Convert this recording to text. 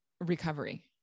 recovery